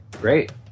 great